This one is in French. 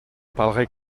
parlerai